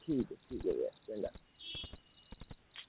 ठीक ऐ ठीक ऐ चंगा